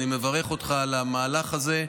אני מברך אותך על המהלך הזה,